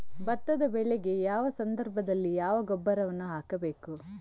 ಭತ್ತದ ಬೆಳೆಗೆ ಯಾವ ಸಂದರ್ಭದಲ್ಲಿ ಯಾವ ಗೊಬ್ಬರವನ್ನು ಹಾಕಬೇಕು?